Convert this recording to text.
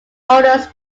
owners